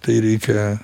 tai reikia